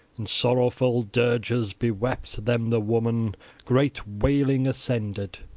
in sorrowful dirges bewept them the woman great wailing ascended.